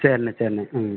சேரிண்ணா சேரிண்ணா ம்